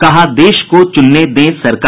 कहा देश को चुनने दें सरकार